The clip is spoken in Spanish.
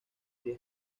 diez